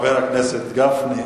לחבר הכנסת גפני.